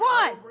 one